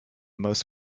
most